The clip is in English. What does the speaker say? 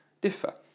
differ